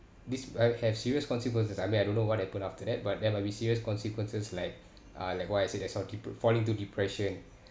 this have have serious consequences I mean I don't know what happen after that but there might be serious consequences like uh like what I said as just now depr~ falling to depression